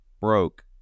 broke